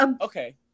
Okay